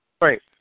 Right